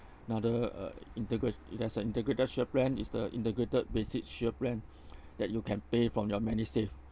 another uh integrat~ it has an integrated shield plan is the integrated basic shield plan that you can pay from your medisave